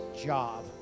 job